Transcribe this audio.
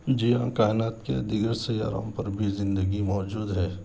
جی ہاں کائنات کے دیگر سیاروں پر بھی زندگی موجود ہے